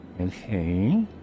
Okay